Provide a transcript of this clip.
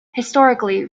historically